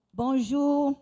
bonjour